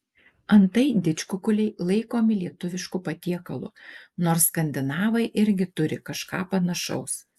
antai didžkukuliai laikomi lietuvišku patiekalu nors skandinavai irgi turi kažką panašaus